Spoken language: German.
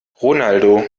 ronaldo